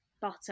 butter